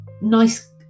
nice